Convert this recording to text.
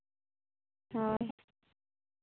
ᱦᱳᱭ